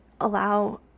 allow